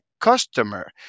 customer